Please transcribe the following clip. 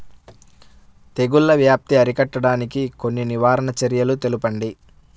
తెగుళ్ల వ్యాప్తి అరికట్టడానికి కొన్ని నివారణ చర్యలు తెలుపండి?